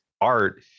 art